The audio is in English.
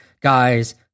guys